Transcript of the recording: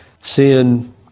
sin